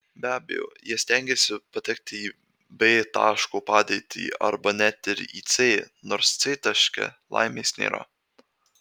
be abejo jie stengiasi patekti į b taško padėtį arba net ir į c nors c taške laimės nėra